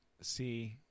See